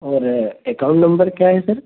और account number क्या है सर